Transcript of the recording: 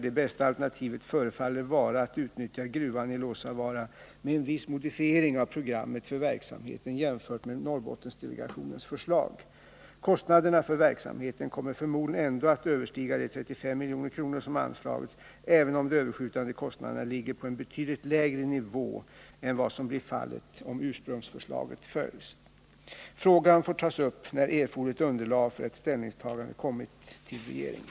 Det bästa alternativet förefaller vara att utnyttja gruvan i Luossavaara med en viss modifiering av programmet för verksamheten jämfört med Norrbottendelegationens förslag. Kostnaderna för verksamheten kommer förmodligen ändå att överstiga de 35 milj.kr. som anslagits, även om de överskjutande kostnaderna ligger på en betydligt lägre nivå än vad som blir fallet om ursprungsförslaget följs. Frågan får tas upp när erforderligt underlag för ett ställningstagande kommit in till regeringen.